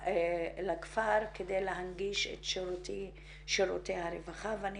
לכפר כדי להנגיש את שירותי הרווחה ואני